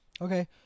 Okay